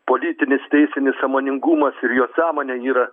politinis teisinis sąmoningumas ir jo sąmonė yra